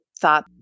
thought